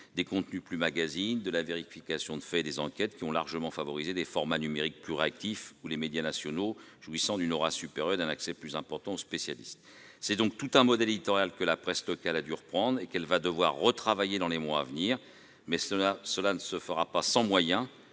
Les contenus plus « magazines », la vérification de faits et les enquêtes ont largement favorisé les formats numériques plus réactifs ou les médias nationaux jouissant d'une aura supérieure et d'un accès plus important aux spécialistes. C'est donc tout un modèle éditorial que la presse locale a dû reprendre, et qu'elle va devoir retravailler dans les mois à venir. Cela ne se fera pas sans moyens,